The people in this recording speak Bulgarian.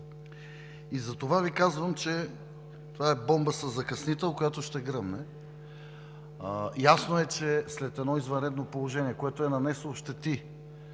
Затова казах, че това е бомба със закъснител, която ще гръмне. Ясно е, че след едно извънредно положение, което е нанесло щети